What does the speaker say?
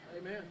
Amen